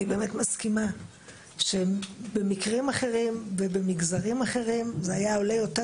אני באמת מסכימה שבמקרים אחרים ובמגזרים אחרים זה היה עולה יותר